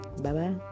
Bye-bye